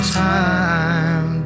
time